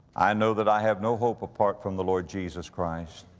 i know that i have no hope apart from the lord jesus christ.